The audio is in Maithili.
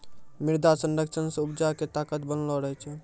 मृदा संरक्षण से उपजा के ताकत बनलो रहै छै